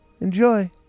Enjoy